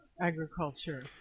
agriculture